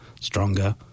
stronger